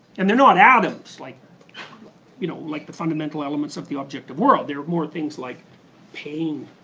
and they're not atoms, like you know like the fundamental elements of the objective world. they're more things like pain,